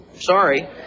sorry